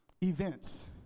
events